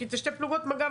כי שתי פלוגות מג"ב,